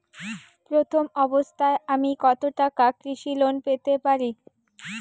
প্রথম অবস্থায় আমি কত টাকা কৃষি লোন পেতে পারি?